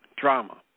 drama